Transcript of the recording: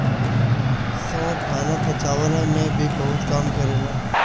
सौंफ खाना पचवला में भी बहुते काम करेला